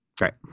Right